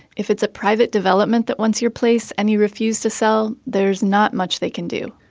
if it's a private development that wants your place and you refuse to sell, there's not much they can do.